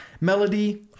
Melody